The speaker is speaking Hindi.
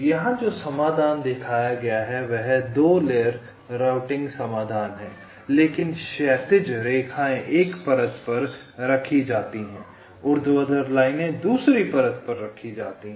यहां जो समाधान दिखाया गया है वह 2 लेयर रूटिंग समाधान है लेकिन क्षैतिज रेखाएं एक परत पर रखी जाती हैं ऊर्ध्वाधर लाइनें दूसरी परत पर रखी जाती हैं